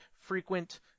frequent